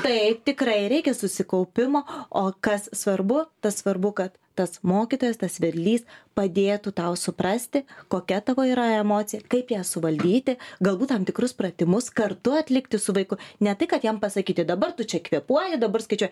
taip tikrai reikia susikaupimo o kas svarbu tas svarbu kad tas mokytojas tas vedlys padėtų tau suprasti kokia tavo yra emocija kaip ją suvaldyti galbūt tam tikrus pratimus kartu atlikti su vaiku ne tai kad jam pasakyti dabar tu čia kvėpuoji dabar skaičiuoji